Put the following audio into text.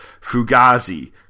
Fugazi